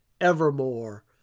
Evermore